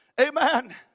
Amen